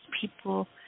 people